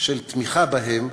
של תמיכה בהם,